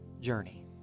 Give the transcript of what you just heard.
journey